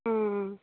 ம் ம்